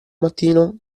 mattino